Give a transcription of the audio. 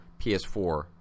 PS4